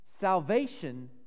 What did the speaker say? Salvation